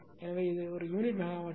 எனவே இது ஒரு யூனிட் மெகாவாட்டுக்கு 0